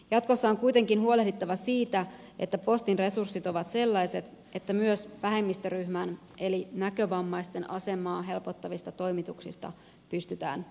jatkossa on kuitenkin huolehdittava siitä että postin resurssit ovat sellaiset että myös vähemmistöryhmän eli näkövammaisten asemaa helpottavista toimituksista pystytään huolehtimaan